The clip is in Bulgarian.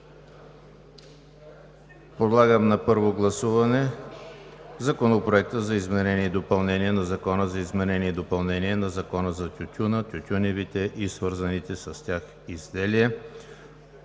Подлагам на първо гласуване Законопроект за изменение и допълнение на Закона за тютюна, тютюневите и свързаните с тях изделия,